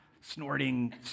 snorting